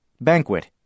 Banquet